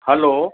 hello